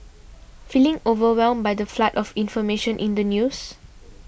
feeling overwhelmed by the flood of information in the news